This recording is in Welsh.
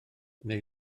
neu